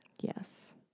Yes